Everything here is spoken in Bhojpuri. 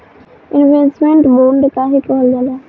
इन्वेस्टमेंट बोंड काहे कारल जाला?